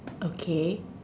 okay